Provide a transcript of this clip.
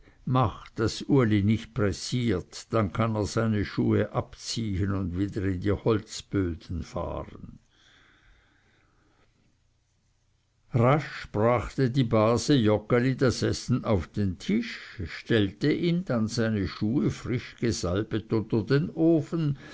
mach daß uli nicht pressiert dann kann er seine schuhe abziehen und wieder in die holzböden fahren rasch brachte die base joggeli das essen auf den tisch stellte ihm dann seine schuhe frisch gesalbet unter den ofen